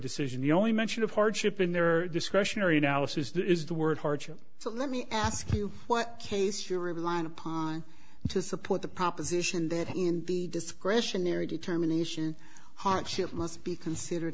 decision the only mention of hardship in their discretionary analysis is the word hardship so let me ask you what case you're relying upon to support the proposition that the discretionary determination hardship must be considered